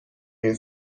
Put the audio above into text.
این